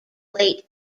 late